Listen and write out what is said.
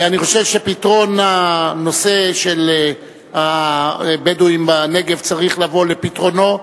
ואני חושב שהנושא של הבדואים בנגב צריך לבוא על פתרונו,